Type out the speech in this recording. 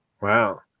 wow